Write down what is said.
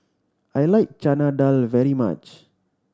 I like Chana Dal very much